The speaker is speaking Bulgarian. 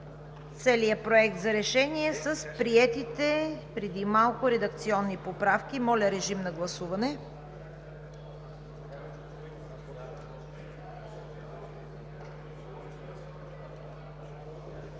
целия Проект на решение с гласуваните преди малко редакционни поправки. Моля, режим на гласуване.